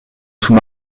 sous